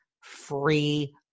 free